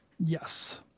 yes